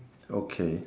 okay